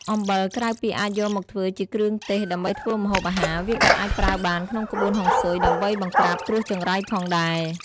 អំបិលក្រៅពីអាចយកមកធ្វើជាគ្រឿងទេសដើម្បីធ្វើម្ហូបអាហារ វាក៏អាចប្រើបានក្នុងក្បួនហុងស៊ុយដើម្បីបង្ក្រាបគ្រោះចង្រៃផងដែរ។